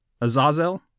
Azazel